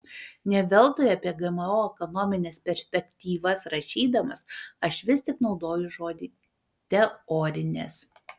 ne veltui apie gmo ekonomines perspektyvas rašydamas aš vis tik naudoju žodį teorinės